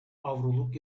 avroluk